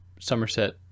Somerset